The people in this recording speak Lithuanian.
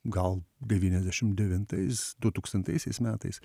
gal devyniasdešim devintais du tūkstantaisiais metais